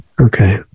Okay